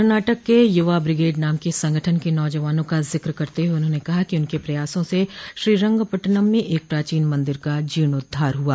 कर्नाटक के यूवा ब्रिगेड नाम के संगठन के नाजवानों का जिक्र करते हुए उन्होंने कहा कि उनके प्रयासों से श्रीरंगपट्टनम में एक प्राचीन मंदिर का जीर्णोद्वार हुआ